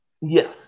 Yes